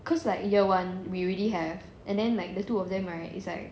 cause like year one we already have and then the like the two of them right is like